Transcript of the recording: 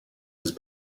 was